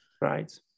Right